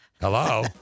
hello